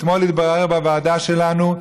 אתמול התברר בוועדה שלנו,